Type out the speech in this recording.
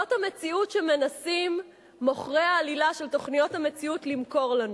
זאת המציאות שמנסים מוכרי העלילה של תוכניות המציאות למכור לנו.